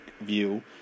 view